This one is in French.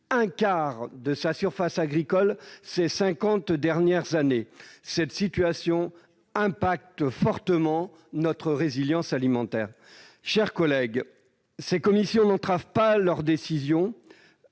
un quart de sa surface agricole ces cinquante dernières années, une situation qui affecte fortement notre résilience alimentaire. Mes chers collègues, ces commissions n'entravent pas les élus dans